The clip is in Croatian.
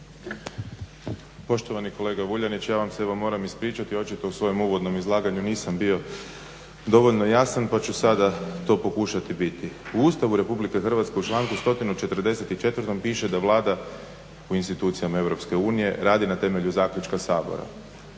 Poštovani kolega Vuljanić, ja vam se evo moram ispričati, očito u svojem uvodnom izlaganju nisam bio dovoljno jasan pa ću sada to pokušati biti. U Ustavu Republike Hrvatske u članku 144. piše da Vlada u institucijama Europske unije radi na temelju zaključka Sabora.